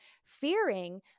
Fearing